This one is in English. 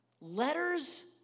letters